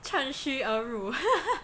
趁虚而入